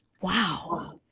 Wow